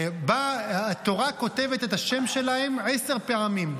התורה כותבת את השם שלהם עשר פעמים,